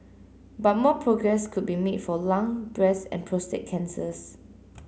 but more progress could be made for lung breast and prostate cancers